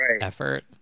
effort